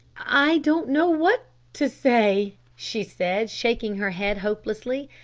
i don't know what to say, she said, shaking her head helplessly.